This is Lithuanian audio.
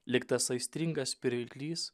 lyg tas aistringas pirklys